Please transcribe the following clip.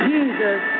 Jesus